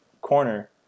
corner